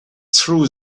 true